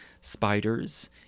spiders